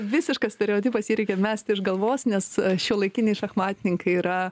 visiškas stereotipas jį reikia mesti iš galvos nes šiuolaikiniai šachmatininkai yra